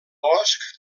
bosc